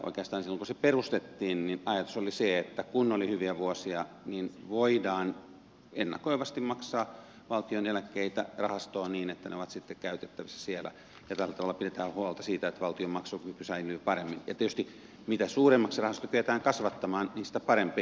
oikeastaan silloin kun se perustettiin ajatus oli se kun oli hyviä vuosia että voidaan ennakoivasti maksaa valtion eläkkeitä rahastoon niin että ne ovat sitten käytettävissä sieltä ja tällä tavalla pidetään huolta siitä että valtion maksukyky säilyy paremmin ja tietysti mitä suuremmaksi rahasto kyetään kasvattamaan sitä parempi